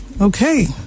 Okay